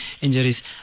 injuries